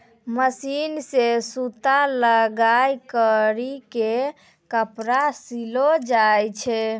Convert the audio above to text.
machine मे सूता लगाय करी के कपड़ा सिलो जाय छै